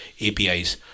APIs